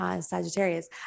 Sagittarius